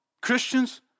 Christians